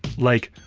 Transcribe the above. like,